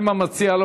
אם המציע לא